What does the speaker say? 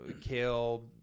kale